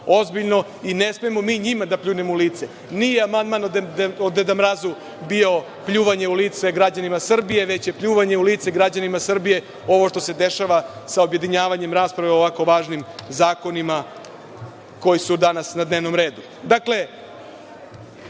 ozbiljno i ne smemo mi njima da pljunemo u lice. Nije amandman o deda mrazu bio pljuvanje u lice građanima Srbije, već je pljuvanje u lice građanima Srbije ovo što se dešava sa objedinjavanjem rasprave o ovako važnim zakonima koji su danas na dnevnom redu. Ja